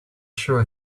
sure